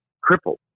crippled